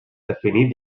definit